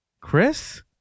Chris